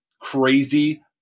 crazy